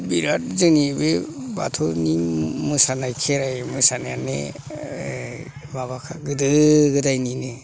बिराथ जोंनि बे बाथौनि मोसानाय खेराइ मोसानायानो माबाखा गोदो गोदायनिनो